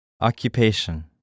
Occupation